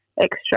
extra